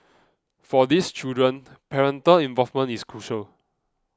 for these children parental involvement is crucial